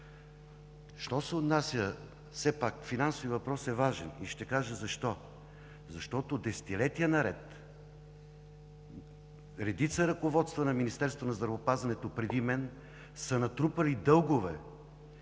най-важното. Все пак финансовият въпрос е важен и ще кажа защо. Защото десетилетия наред редица ръководства на Министерството на здравеопазването преди мен са натрупали дългове.